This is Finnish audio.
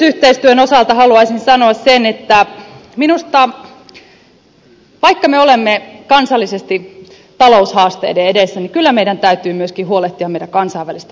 kehitysyhteistyön osalta haluaisin sanoa sen että vaikka me olemme kansallisesti taloushaasteiden edessä kyllä meidän täytyy myöskin huolehtia meidän kansainvälisestä vastuustamme